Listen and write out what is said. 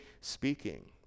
speaking